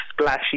splashy